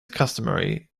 customary